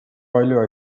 palju